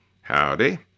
Howdy